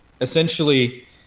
essentially